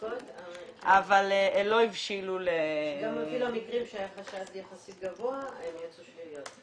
אבל לא הבשילו ל --- גם במקרים שהיה חשד יחסית גבוה הן יצאו שליליות.